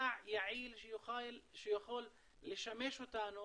למידע יעיל שיכול לשמש אותנו